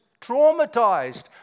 traumatized